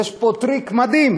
יש פה טריק מדהים.